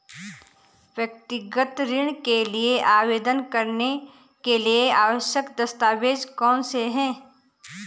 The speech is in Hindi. व्यक्तिगत ऋण के लिए आवेदन करने के लिए आवश्यक दस्तावेज़ कौनसे हैं?